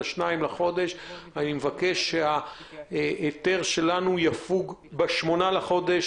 בחודש, אני מבקש שההיתר יפוג ב-8 בחודש.